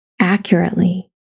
Accurately